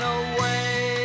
away